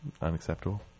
Unacceptable